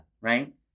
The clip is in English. Right